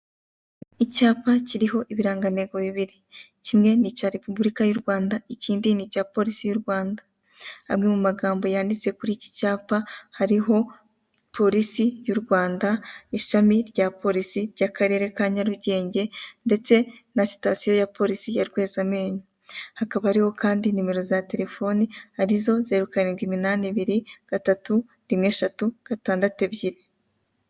Icyapa kiriho ibirangantego bibiri, kimwe ni icya Repuburika y'u Rwanda, ikindi ni icya Police y'u Rwanda. Amwe mu magambo yanditse kuri iki cyapa hariho Police y'u Rwanda, ishami rya Police ry'Akarere ka Nyarugenge, ndetse na Sitasiyo ya Polisi ya Rwezamenyo. Hakaba hariho kandi na nimero za telefone arizo zeru, karindwi, iminani ibiri, gatatu, rimwe eshatu, gatandatu ebyiri.